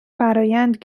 فرآیند